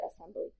assembly